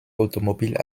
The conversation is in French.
automobiles